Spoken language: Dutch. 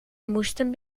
moesten